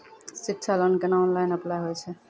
शिक्षा लोन केना online apply होय छै?